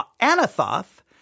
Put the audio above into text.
Anathoth